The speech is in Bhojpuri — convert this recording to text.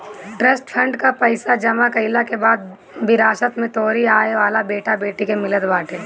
ट्रस्ट फंड कअ पईसा जमा कईला के बाद विरासत में तोहरी आवेवाला बेटा बेटी के मिलत बाटे